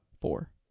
Four